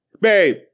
babe